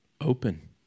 Open